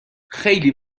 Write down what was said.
خیلی